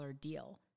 deal